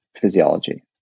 physiology